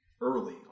early